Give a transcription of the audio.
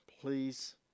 please